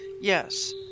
Yes